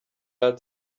ibara